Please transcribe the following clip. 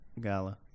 Gala